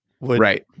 Right